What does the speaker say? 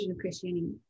christianity